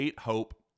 Hope